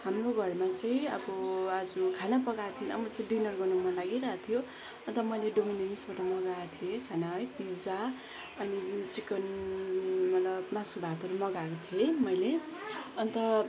हाम्रो घरमा चाहिँ अब आज खाना पकाएको थिएन म चाहिँ डिनर गर्न मन लागिरहेको थियो अन्त मैले डोमिनेन्सबाट मगाएको थिएँ है खाना है पिज्जा अनि चिकन मतलब मासु भातहरू मगाएको थिएँ है मैले अन्त